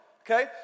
Okay